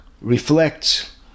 reflects